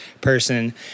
person